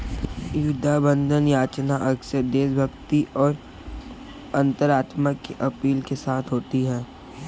युद्ध बंधन याचना अक्सर देशभक्ति और अंतरात्मा की अपील के साथ होती है